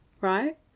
right